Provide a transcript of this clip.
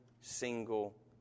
single